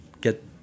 get